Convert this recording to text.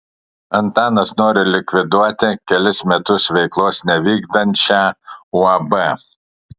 antanas nori likviduoti kelis metus veiklos nevykdančią uab